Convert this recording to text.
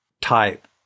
type